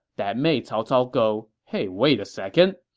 that made cao cao go, hey wait a second.